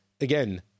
again